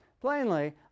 Plainly